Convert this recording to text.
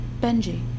Benji